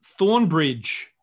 Thornbridge